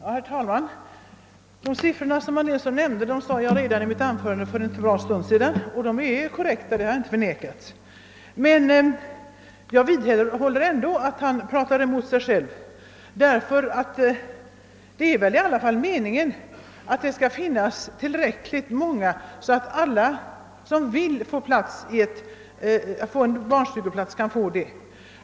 Herr talman! De siffror som herr Nilsson i Tvärålund nämnde angav jag redan i mitt anförande för en bra stund sedan. De är korrekta, det har jag inte förnekat. Men jag vidhåller ändå att herr Nilsson i Tvärålund motsäger sig själv, ty det är väl i alla fall meningen att det skall finnas tillräckligt många ”barnstugor, så att alla som vill ha en barnstugeplats också kan få det.